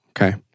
Okay